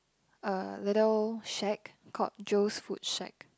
a little shack called Joe's food shack